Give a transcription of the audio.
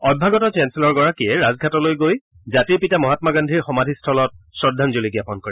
অভ্যাগত চেঞ্চেলৰগৰাকীয়ে ৰাজঘাটলৈ গৈ জাতিৰ পিতা মহামা গান্ধীৰ সমাধিস্থলত শ্ৰদ্ধাঞ্জলি জাপন কৰে